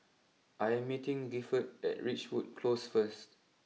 I am meeting Gifford at Ridgewood close first